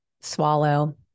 swallow